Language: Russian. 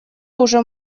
уже